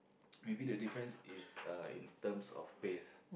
maybe the difference is uh in terms of pace